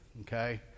okay